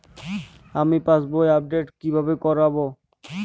আমি পাসবই আপডেট কিভাবে করাব?